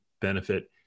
benefit